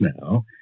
now